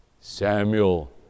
Samuel